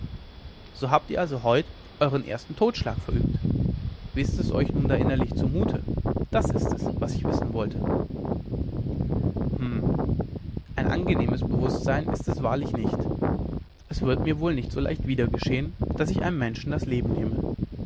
so habt ihr also heut euern ersten totschlag verübt wie ist es euch nun da innerlich zu mute das ist es was ich wissen wollte hm ein angenehmes bewußtsein ist es wahrlich nicht es wird mir wohl nicht so leicht wieder geschehen daß ich einem menschen das leben nehme